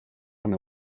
and